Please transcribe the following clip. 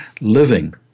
living